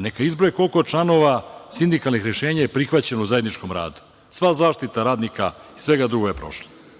neka izbroje koliko članova sindikalnih rešenja je prihvaćeno u zajedničkom radu, sva zaštita radnika i sve drugo je prošlo,